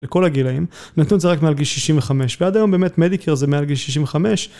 לכל הגילאים נתנו את זה רק מעל גיל 65 ועד היום באמת מדיקאר זה מעל גיל 65.